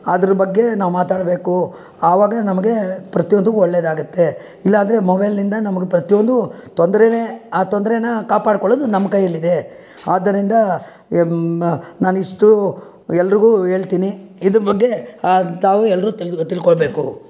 ಅದ್ರ ಬಗ್ಗೆ ನಾವು ಮಾತಾಡಬೇಕು ಆವಾಗ ನಮಗೆ ಪ್ರತಿ ಒಂದು ಒಳ್ಳೆಯದಾಗತ್ತೆ ಇಲ್ಲಂದರೆ ಮೊಬೈಲ್ನಿಂದ ನಮ್ಗೆ ಪ್ರತಿ ಒಂದು ತೊಂದರೆನೇ ಆ ತೊಂದರೆನ ಕಾಪಾಡ್ಕೊಳೋದು ನಮ್ಮ ಕೈಯಲ್ಲಿದೆ ಆದ್ದರಿಂದ ನಾನಿಷ್ಟು ಎಲ್ರಿಗೂ ಹೇಳ್ತಿನಿ ಇದ್ರ ಬಗ್ಗೆ ತಾವು ಎಲ್ಲರೂ ತಿಳ್ಕೊಳ್ಬೇಕು